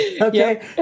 Okay